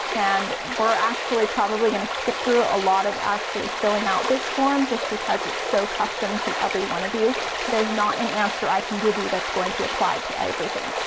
and we're actually probably gonna skip through a lot of actually filling out this form, just because it's so custom to every one of you there's not an answer i can give you that's going to apply to everything.